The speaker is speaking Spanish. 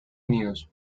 unidos